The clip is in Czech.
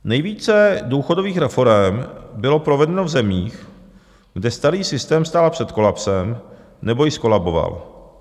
Nejvíce důchodových reforem bylo provedeno v zemích, kde starý systém stál před kolapsem nebo již zkolaboval.